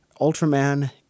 Ultraman